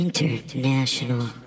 International